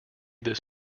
this